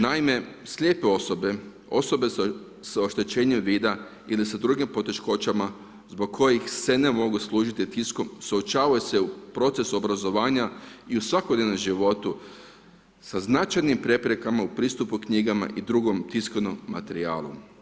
Naime slijepe osobe, osobe s oštećenjem vida ili sa drugim poteškoćama zbog kojih se ne mogu služiti tiskom suočavaju se u procesu obrazovanja i u svakodnevnom životu sa značajnim preprekama u pristupu knjigama i drugom tiskanom materijalu.